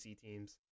teams